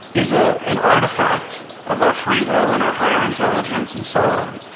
is ah an artefact of our free will and our higher intelligence and so on.